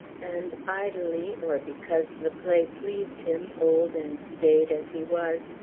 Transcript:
and idly, or because the play pleased him, old and staid as he was,